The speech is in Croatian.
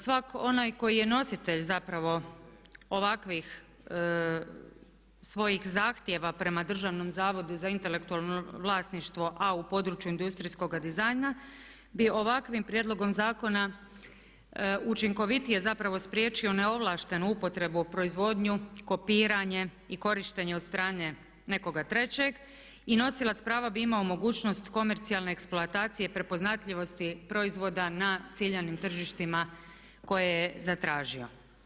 Svatko onaj koji je nositelj zapravo ovakvih svojih zahtjeva prema Državnom zavodu za intelektualno vlasništvo a u području industrijskoga dizajna bi ovakvim prijedlogom zakona učinkovitije zapravo spriječio neovlaštenu upotrebu, proizvodnju, kopiranje i korištenje od strane nekoga trećeg i nosilac prava bi imao mogućnost komercijalne eksploatacije i prepoznatljivosti proizvoda na ciljanim tržištima koje je zatražio.